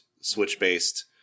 Switch-based